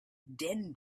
din